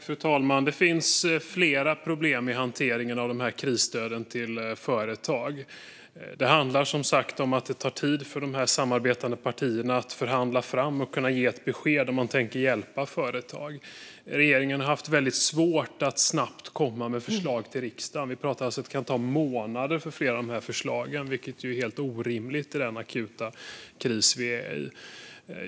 Fru talman! Det finns flera problem med hanteringen av krisstöden till företag. Det handlar som sagt om att det tar tid för de samarbetande partierna att förhandla och kunna ge ett besked om huruvida man tänker hjälpa företag. Regeringen har haft väldigt svårt att snabbt komma med förslag till riksdagen. Det kan ta månader för flera av förslagen, vilket är helt orimligt i den akuta kris som vi är i.